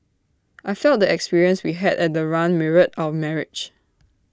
I felt the experience we had at the run mirrored our marriage